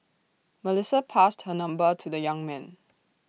Melissa passed her number to the young man